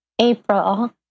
April